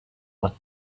what